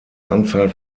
anzahl